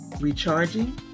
recharging